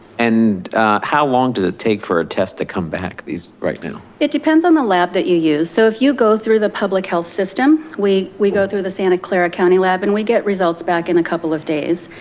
and how long does it take for a test to come back these right now? it depends on the lab that you use. so if you go through the public health system, we we go through the santa clara county lab and we get results back in a couple of days.